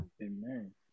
Amen